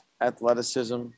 athleticism